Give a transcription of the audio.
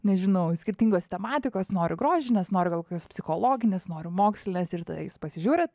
nežinau skirtingos tematikos noriu grožinės noriu gal kokios psichologinės noriu mokslines ir tada jis pasižiūrit